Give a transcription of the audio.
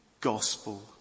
gospel